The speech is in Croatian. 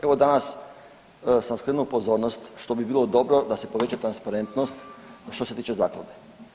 Evo danas sam skrenuo pozornost što bi bilo dobro da se poveća transparentnost što se tiče zakona.